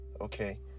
okay